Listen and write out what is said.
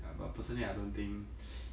ya but personally I don't think